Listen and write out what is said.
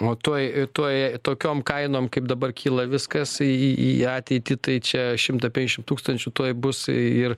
o tuoj tuoj tokiom kainom kaip dabar kyla viskas į ateitį tai čia šimtą penkiasdešimt tūkstančių tuoj bus ir